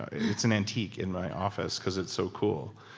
it's an antique in my office because it's so cool.